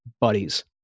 buddies